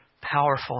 powerful